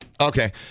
Okay